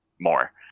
more